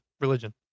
religion